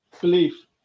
Belief